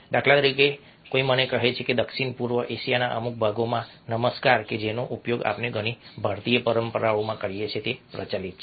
દાખલા તરીકે કોઈ મને કહે છે કે દક્ષિણ પૂર્વ એશિયાના અમુક ભાગોમાં નમસ્કાર જેનો ઉપયોગ આપણે ઘણી ભારતીય પરંપરાઓમાં કરીએ છીએ તે પ્રચલિત છે